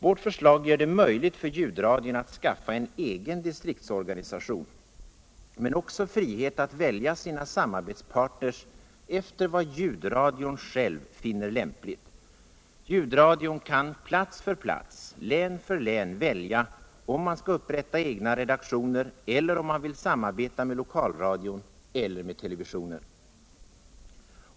Vårt förslag gör det möttigt för ljudradion atv skaffa en egen distriktsorganisation men också att bli fri att välja sina samarbetspartners efter vad ljudradion själv finner lämpligt. Ljudradion kan plats för plats. län för län, Radions och televisionens fortsatta välja om man skall upprätta egna redaktioner eller om man vill samarbeta med lokalradion eller med televisionen.